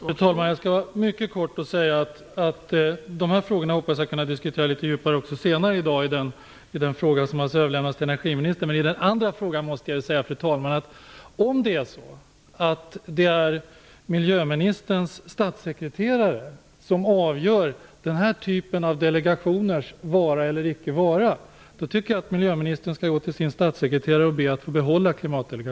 Fru talman! Jag skall fatta mig mycket kort. Jag hoppas att kunna diskutera dessa frågor litet djupare senare i dag när det gäller den fråga som har överlämnats till energiministern. Om det är så, att det är miljöministerns statssekreterare som avgör den här typen av delegationers vara eller icke vara, då tycker jag att miljöministern skall gå till sin statssekreterare och be att man får behålla